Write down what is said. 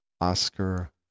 Oscar